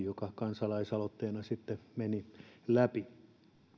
joka kansalaisaloitteena sitten meni läpi